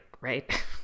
right